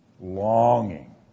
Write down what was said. longing